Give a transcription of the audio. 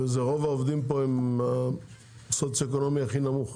כשרוב העובדים במעמד סוציו-אקונומי הכי נמוך,